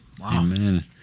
amen